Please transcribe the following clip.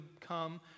come